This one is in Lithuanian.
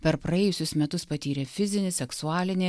per praėjusius metus patyrė fizinį seksualinį